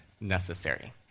necessary